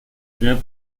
primer